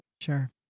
Sure